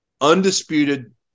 Undisputed